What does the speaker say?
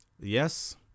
Yes